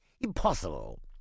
Impossible